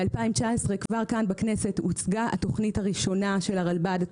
ב-2019 הוצגה התוכנית הראשונה של הרלב"ד כאן בכנסת,